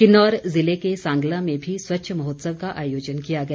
किन्नौर जिले के सांगला में भी स्वच्छ महोत्सव का आयोजन किया गया